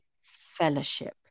fellowship